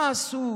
מה עשו